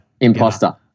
Imposter